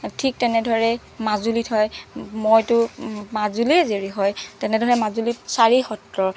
ঠিক তেনেদৰেই মাজুলীত হয় মইতো মাজুলীৰে জীয়ৰি হয় তেনেদৰে মাজুলীৰ চাৰি সত্ৰ